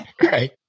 right